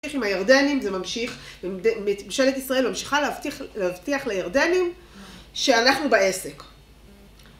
עם הירדנים זה ממשיך, וממשלת ישראל ממשיכה להבטיח לירדנים שאנחנו בעסק